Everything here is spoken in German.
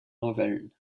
novellen